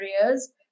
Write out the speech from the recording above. areas